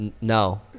No